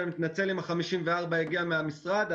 אני מתנצל אם 54 מיליון שקלים הגיעו ממשרד הביטחון.